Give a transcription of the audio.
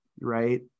right